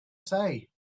say